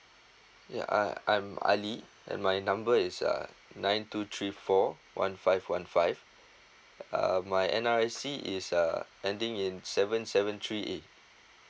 yeah I I am ali and my number is uh nine two three four one five one five uh my N_R_I_C is uh ending in seven seven three A